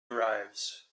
arrives